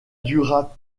dura